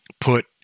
put